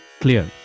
clear